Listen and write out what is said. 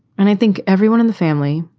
and i think everyone in the family,